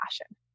passion